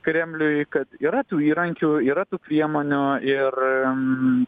kremliui kad yra tų įrankių yra tų priemonių ir